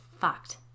fucked